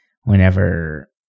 whenever